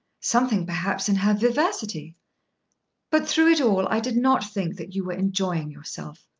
something perhaps in her vivacity but through it all i did not think that you were enjoying yourself.